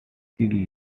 early